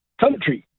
country